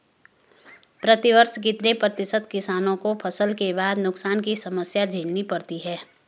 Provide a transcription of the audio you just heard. प्रतिवर्ष कितने प्रतिशत किसानों को फसल के बाद नुकसान की समस्या झेलनी पड़ती है?